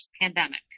pandemic